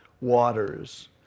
waters